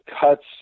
cuts